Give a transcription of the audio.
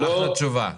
אחלה תשובה.